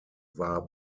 war